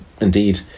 Indeed